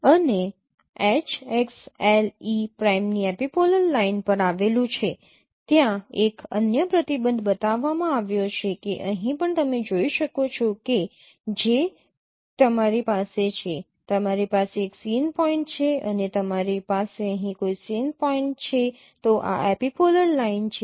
અને H x L e પ્રાઇમની epipolar line પર આવેલું છે ત્યાં એક અન્ય પ્રતિબંધ બતાવવામાં આવ્યો છે કે અહીં પણ તમે જોઈ શકો છો કે જે તમારી પાસે છે તમારી પાસે એક સીન પોઈન્ટ છે અને તમારી પાસે અહીં કોઈ સીન પોઈન્ટ છે તો આ એપિપોલર લાઇન છે